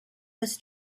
was